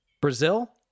Brazil